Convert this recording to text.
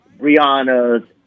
Brianna's